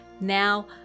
now